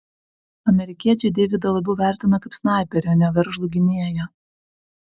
amerikiečiai deividą labiau vertina kaip snaiperį o ne veržlų gynėją